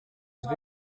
dream